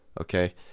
okay